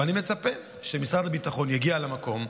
ואני מצפה שמשרד הביטחון יגיע למקום,